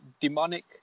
demonic